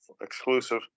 Exclusive